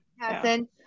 Hassan